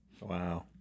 Wow